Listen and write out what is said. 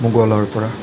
মোগলৰ পৰা